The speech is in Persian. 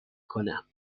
کنم